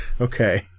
Okay